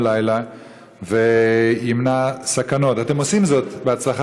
האם תסכים, אדוני השר,